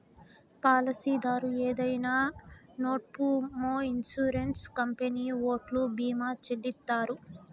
పాలసీదారు ఏదైనా నట్పూమొ ఇన్సూరెన్స్ కంపెనీ ఓల్లు భీమా చెల్లిత్తారు